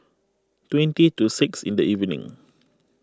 twenty to six in the evening